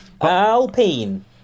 Alpine